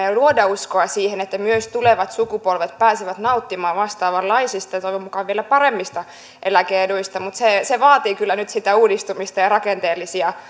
ja luoda uskoa siihen että myös tulevat sukupolvet pääsevät nauttimaan vastaavanlaisista ja toivon mukaan vielä paremmista eläke eduista mutta se se vaatii kyllä nyt sitä uudistumista ja rakenteellisia